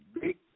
big